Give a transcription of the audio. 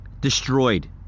destroyed